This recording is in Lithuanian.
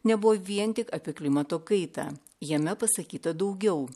nebuvo vien tik apie klimato kaitą jame pasakyta daugiau